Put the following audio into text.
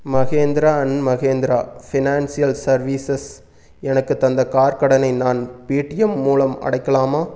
Mahindra and Mahindra financial services எனக்குத் தந்த car கடனை நான் பேடிஎம் மூலம் அடைக்கலாமா